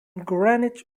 greenwich